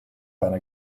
einer